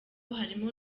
harimo